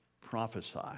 prophesy